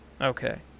okay